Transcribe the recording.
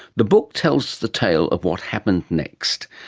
the book tells the tale of what happened next,